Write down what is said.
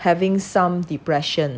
having some depression